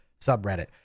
subreddit